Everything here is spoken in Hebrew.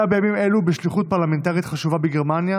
בימים אלו בשליחות פרלמנטרית חשובה בגרמניה,